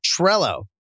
Trello